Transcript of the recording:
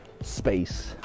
space